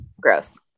Gross